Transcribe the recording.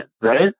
right